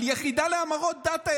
על יחידה להמרות דת,